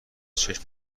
چشم